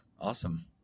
awesome